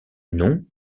non